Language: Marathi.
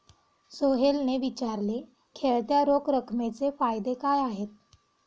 सोहेलने विचारले, खेळत्या रोख रकमेचे फायदे काय आहेत?